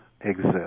exist